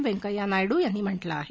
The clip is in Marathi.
व्यंकय्या नायडू यांनी म्हा झिं आहे